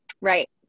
Right